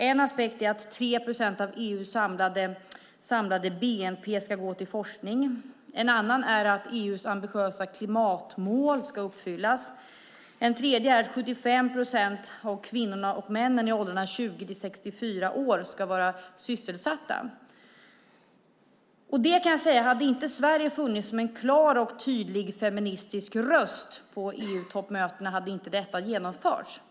En aspekt är att 3 procent av EU:s samlade bnp ska gå till forskning. En annan är att EU:s ambitiösa klimatmål ska uppfyllas. En tredje är att 75 procent av kvinnorna och männen i åldrarna 20-64 år ska vara sysselsatta. Hade inte Sverige funnits som en klar och tydlig feministisk röst på EU-toppmötena hade detta inte genomförts.